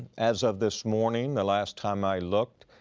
as of this morning, the last time i looked